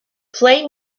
play